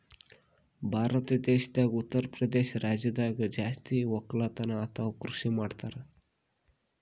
ಭಾರತ್ ದೇಶದಾಗ್ ಉತ್ತರಪ್ರದೇಶ್ ರಾಜ್ಯದಾಗ್ ಜಾಸ್ತಿ ವಕ್ಕಲತನ್ ಅಥವಾ ಕೃಷಿ ಮಾಡ್ತರ್